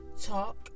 talk